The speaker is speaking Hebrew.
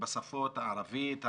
בשפות ערבית,